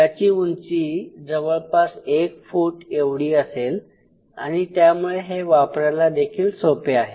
याची उंची जवळपास एक फूट एवढी असेल आणि त्यामुळे हे वापरायला देखील सोपे आहे